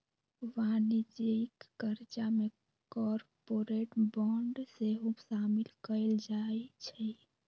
वाणिज्यिक करजा में कॉरपोरेट बॉन्ड सेहो सामिल कएल जाइ छइ